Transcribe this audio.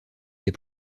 des